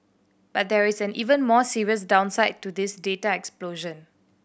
but there is an even more serious downside to this data explosion